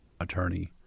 attorney